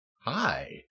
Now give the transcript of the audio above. Hi